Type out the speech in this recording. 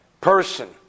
person